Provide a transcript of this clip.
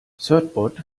certbot